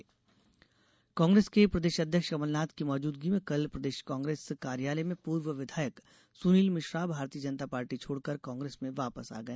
Congress Congress के प्रदेश अध्यक्ष कमलनाथ की मौजूदगी में कल प्रदेश कांग्रेस कार्यालय में पूर्व विधायक सुनील मिश्रा भारतीय जनता पार्टी छोड़कर कांग्रेस में वापस आ गए